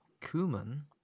Cumin